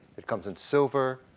it comes in silver,